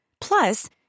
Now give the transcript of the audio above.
Plus